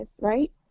right